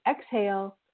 exhale